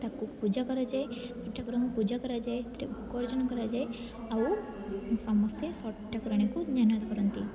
ତାକୁ ପୂଜା କରାଯାଏ ଷଠୀ ଠାକୁରଙ୍କୁ ପୂଜା କରାଯାଏ ସେଥିରେ ଭୋଗ ଅର୍ଜନ କରାଯାଏ ଆଉ ସମସ୍ତେ ଷଠୀ ଠାକୁରାଣୀକୁ କରନ୍ତି